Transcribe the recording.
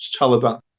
Taliban